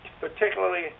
particularly